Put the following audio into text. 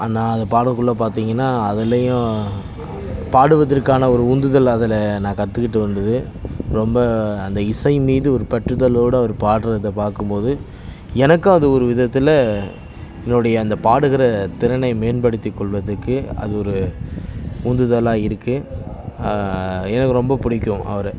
ஆனால் பாடக்குள்ள பார்த்திங்கனா அதிலையும் பாடுவதற்கான ஒரு ஊந்துதல் அதில் நான் கற்றுக்கிட்டு வந்தது ரொம்ப அந்த இசை மீது ஒரு பற்றுதலோடு அவர் பாடுகிறத பார்க்கும்போது எனக்கும் அது ஒரு விதத்தில் எங்களுடைய அந்த பாடுகிற திறனை மேம்படுத்தி கொள்வதுக்கு அது ஒரு ஊந்துதலாய் இருக்குது எனக்கு ரொம்ப புடிக்கும் அவரை